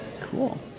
Cool